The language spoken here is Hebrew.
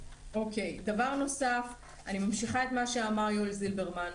דבר נוסף, אני ממשיכה את מה שאמר יואל זלברמן.